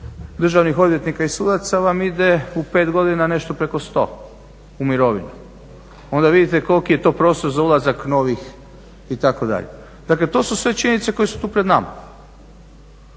državnih odvjetnika i sudaca vam ide u 5 godina nešto preko 100 u mirovinu. Onda vidite koliki je to prostor za ulazak novih itd. Dakle, to su sve činjenice koje su tu pred nama.